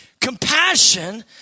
compassion